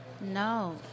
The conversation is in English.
No